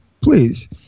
please